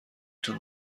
تون